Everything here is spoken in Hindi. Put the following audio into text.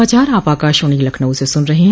यह समाचार आप आकाशवाणी लखनऊ से सुन रहे हैं